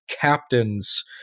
captain's